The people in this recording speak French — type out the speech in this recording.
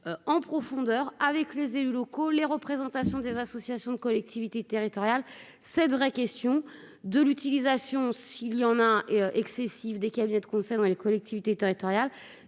en profondeur avec les élus locaux, les représentations des associations de collectivités territoriales céderait question de l'utilisation, s'il y en a excessive des cabinets de concernant les collectivités territoriales